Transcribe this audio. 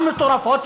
המטורפות,